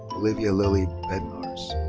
olivia lily bednarz.